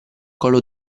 collo